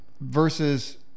versus